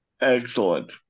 excellent